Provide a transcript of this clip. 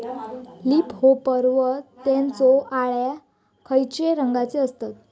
Leaf hopper व त्यानचो अळ्या खैचे रंगाचे असतत?